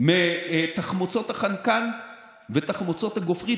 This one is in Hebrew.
מתחמוצות החנקן ותחמוצות הגופרית.